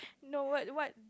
no what what